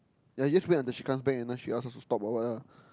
yea you just wait until she comes back and she ask us to stop or what lah